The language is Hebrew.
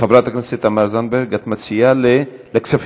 חברת הכנסת תמר זנדברג, את מציעה לכספים?